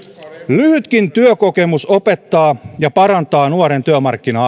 lyhytkin työkokemus opettaa ja parantaa nuoren työmarkkina